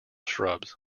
shrubs